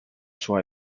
sua